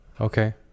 Okay